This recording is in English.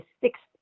sixth